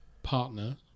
Partner